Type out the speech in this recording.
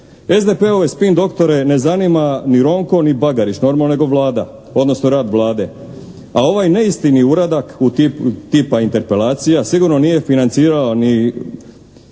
SDP-ove «spin» doktore ne zanima ni Ronko i Bagarić normalno nego Vlada. Odnosno rad Vlade. A ovaj neistini uradak u tipu, tipa interpelacija sigurno nije financirao ni